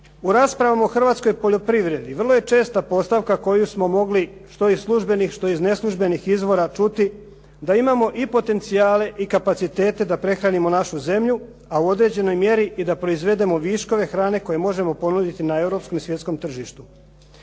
U raspravama o hrvatskoj poljoprivredi vrlo je česta postavka koju smo mogli, što iz službenih, što iz neslužbenih izvora čuti da imamo i potencijale i kapacitete da prehranimo našu zemlju a u određenoj mjeri i da proizvedemo viškove hrane koje možemo ponuditi na europskom i svjetskom tržištu.